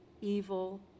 evil